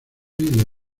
video